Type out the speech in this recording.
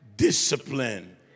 Discipline